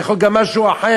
זה יכול להיות גם משהו אחר,